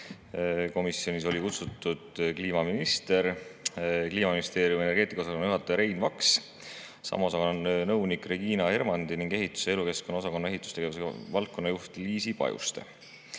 Komisjoni olid kutsutud kliimaminister, Kliimaministeeriumi energeetikaosakonna juhataja Rein Vaks, sama osakonna nõunik Regina Hermandi ning ehituse ja elukeskkonna osakonna ehitustegevuse valdkonna juht Liisi Pajuste.